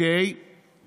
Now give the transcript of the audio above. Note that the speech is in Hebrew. אנחנו